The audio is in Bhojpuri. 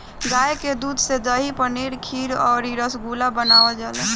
गाय के दूध से दही, पनीर खीर अउरी रसगुल्ला बनावल जाला